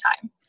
time